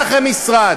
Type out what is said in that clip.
משרד אחרי משרד,